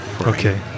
okay